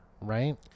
right